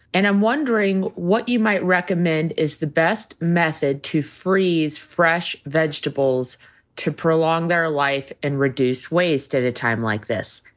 and i'm wondering what you might recommend is the best method to freeze fresh vegetables to prolong their life and reduce waste as a time like this.